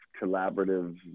collaborative